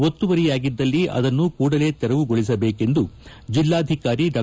ಒತ್ತುವರಿಯಾಗಿದ್ದಲ್ಲಿ ಅದನ್ನು ಕೂಡಲೇ ತೆರವುಗೊಳಿಸಬೇಕೆಂದು ಜಿಲ್ಲಾಧಿಕಾರಿ ಡಾ